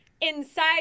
Inside